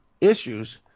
issues